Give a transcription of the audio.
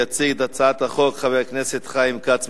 יציג את הצעת החוק חבר הכנסת חיים כץ.